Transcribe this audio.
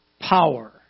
power